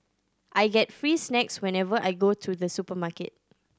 I get free snacks whenever I go to the supermarket